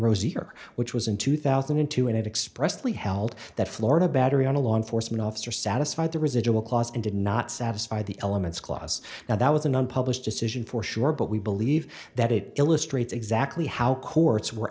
rosier which was in two thousand and two and it expressly held that florida battery on a law enforcement officer satisfied the residual clause and did not satisfy the elements clause now that was an unpublished decision for sure but we believe that it illustrates exactly how courts were